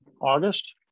August